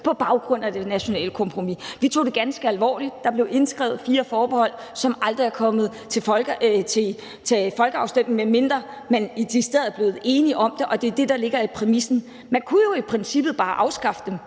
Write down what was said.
på baggrund af det nationale kompromis. Vi tog det ganske alvorligt, og der blev indskrevet fire forbehold, som aldrig er kommet til folkeafstemning, medmindre man decideret er blevet enige om det, og det er det, der ligger i præmissen. Man kunne jo i princippet bare afskaffe dem.